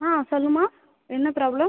ஆ சொல்லுமா என்ன ப்ராப்லம்